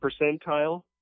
percentile